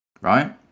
right